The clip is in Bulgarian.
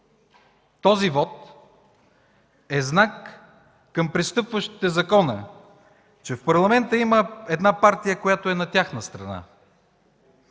Този вот е знак към престъпващите закона, че в Парламента има една партия, която е на тяхна страна.